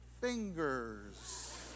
fingers